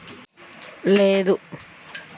నేను రెండు రకాల భీమాలు ఒకేసారి కట్టడానికి వీలుందా?